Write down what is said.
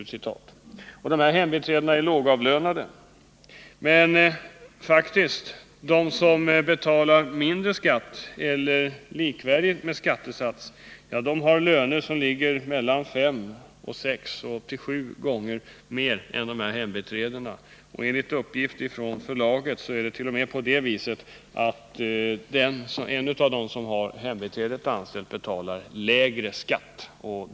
Några av höginkomsttagarna betalade en skatt som var lika stor som eller lägre än den som hembiträdena betalade, och de hade löner som var fem, sex och ända upp till sju gånger större än hembiträdenas. Enligt uppgift betalade en av dem som hade ett hembiträde anställt lägre skatt än hembiträdet.